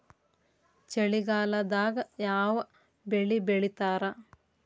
ಚಳಿಗಾಲದಾಗ್ ಯಾವ್ ಬೆಳಿ ಬೆಳಿತಾರ?